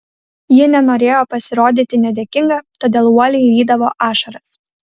ji nenorėjo pasirodyti nedėkinga todėl uoliai rydavo ašaras